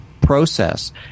process